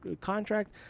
contract